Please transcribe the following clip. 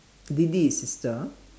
didi is sister ah